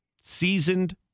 seasoned